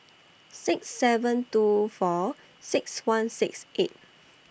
six seven two four six one six eight